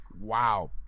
Wow